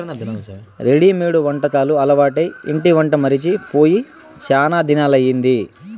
readymade వంటకాలు అలవాటై ఇంటి వంట మరచి పోయి శానా దినాలయ్యింది